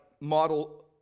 model